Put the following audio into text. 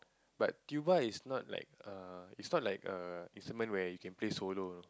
but tuba is not like a is not a instrument where you can play solo